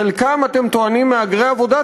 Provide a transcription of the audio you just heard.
חלקם, אתם טוענים, מהגרי עבודה?